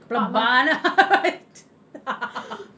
kepala bana